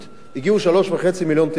הגיעו 3.5 מיליון תיירים,